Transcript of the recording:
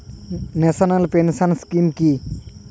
National pension scheme কি?